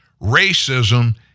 Racism